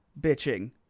bitching